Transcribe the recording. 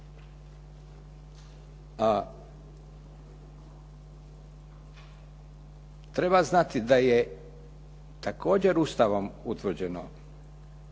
treba znati da je također Ustavom utvrđeno